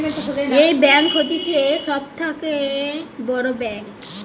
এই ব্যাঙ্ক হতিছে সব থাকে বড় ব্যাঙ্ক